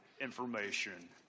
information